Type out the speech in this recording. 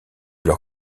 leur